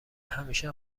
همیشه